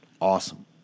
Awesome